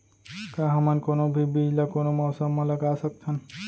का हमन कोनो भी बीज ला कोनो मौसम म लगा सकथन?